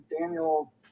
Daniel